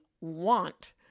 want